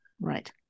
right